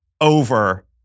over